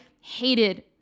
hated